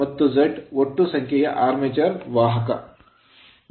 ಮತ್ತು Z ಒಟ್ಟು ಸಂಖ್ಯೆಯ ಆರ್ಮೇಚರ್ ವಾಹಕಗಳು